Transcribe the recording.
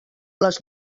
les